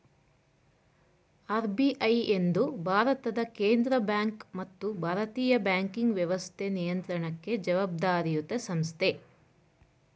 RBI ಎಂದು ಭಾರತದ ಕೇಂದ್ರ ಬ್ಯಾಂಕ್ ಮತ್ತು ಭಾರತೀಯ ಬ್ಯಾಂಕಿಂಗ್ ವ್ಯವಸ್ಥೆ ನಿಯಂತ್ರಣಕ್ಕೆ ಜವಾಬ್ದಾರಿಯತ ಸಂಸ್ಥೆ